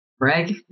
Greg